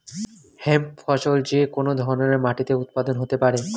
hemp ফসল যে কোন ধরনের মাটিতে উৎপাদন হতে পারে